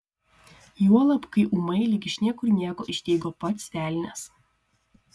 juolab kai ūmai lyg iš niekur nieko išdygo pats velnias